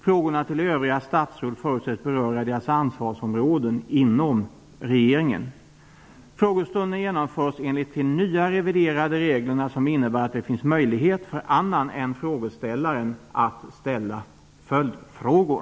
Frågorna till övriga statsråd förutsätts beröra deras ansvarsområden inom regeringen. Frågestunden genomförs enligt de nya reviderade reglerna, som innebär att det finns möjlighet för annan än frågeställaren att ställa följdfrågor.